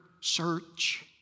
search